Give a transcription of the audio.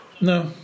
No